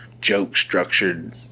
joke-structured